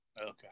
Okay